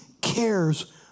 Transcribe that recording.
cares